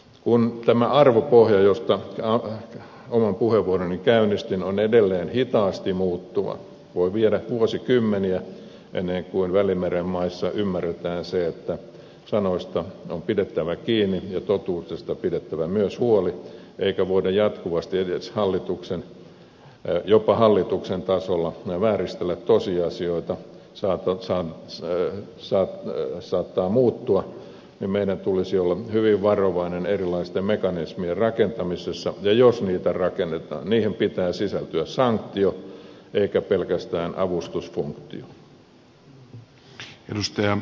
kun tämä arvopohja josta oman puheenvuoroni käynnistin on edelleen hitaasti muuttuva voi viedä vuosikymmeniä ennen kuin välimeren maissa ymmärretään se että sanoista on pidettävä kiinni ja totuudesta pidettävä myös huoli eikä voida jatkuvasti jopa hallituksen tasolla vääristellä tosiasioita jotka saattavat muuttua niin meidän tulisi olla hyvin varovaisia erilaisten mekanismien rakentamisessa ja jos niitä rakennetaan niihin pitää sisältyä sanktio eikä pelkästään avustusfunktio